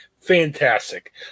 Fantastic